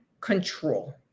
control